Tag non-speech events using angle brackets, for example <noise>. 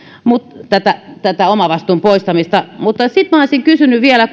tätä tätä omavastuun poistamista mutta sitten minä olisin kysynyt vielä <unintelligible>